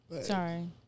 sorry